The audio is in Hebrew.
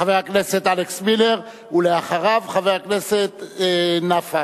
חבר הכנסת אלכס מילר, ואחריו, חבר הכנסת נפאע.